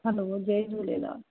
हलो जय झूलेलाल